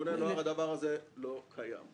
בארגוני נוער הדבר הזה לא קיים.